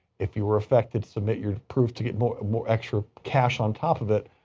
if you were affected, submit your proof to get more more extra cash on top of it.